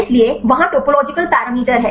इसलिए वहाँ topological parameter हैं